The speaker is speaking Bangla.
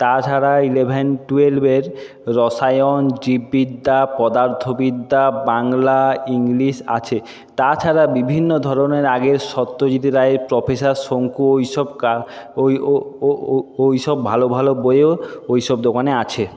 তাছাড়া ইলেভেন টুয়েলভের রসায়ন জীববিদ্যা পদার্থবিদ্যা বাংলা ইংলিশ আছে তাছাড়া বিভিন্ন ধরনের আগের সত্যজিৎ রায় প্রফেসার শঙ্কু এইসব কা ওই ওইসব ভালো ভালো বইও ওইসব দোকানে আছে